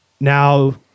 Now